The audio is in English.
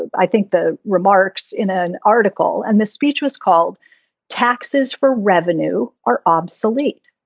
i think the remarks in an article and this speech was called taxes for revenue are obsolete.